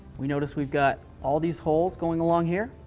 we notice we've got all these holes going along here,